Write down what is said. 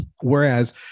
Whereas